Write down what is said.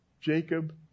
Jacob